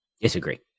Disagree